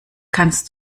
kannst